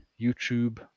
youtube